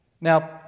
Now